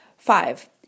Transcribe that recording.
Five